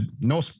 No